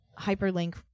hyperlink